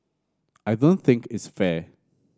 I don't think it's fair